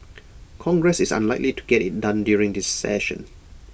congress is unlikely to get IT done during this session